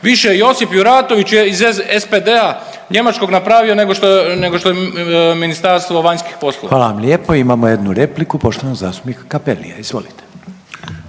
Više Josip Juratović iz SPD-a njemačkog je napravio nego što je Ministarstvo vanjskih poslova. **Reiner, Željko (HDZ)** Hvala vam lijepo. Imamo jednu repliku poštovanog zastupnika Capellia. Izvolite.